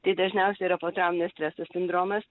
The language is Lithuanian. tai dažniausiai yra potrauminio streso sindromas